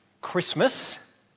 Christmas